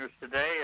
today